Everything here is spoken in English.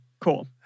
cool